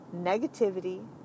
negativity